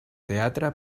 teatre